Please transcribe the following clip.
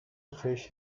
fish